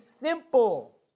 simple